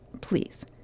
please